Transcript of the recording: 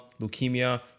leukemia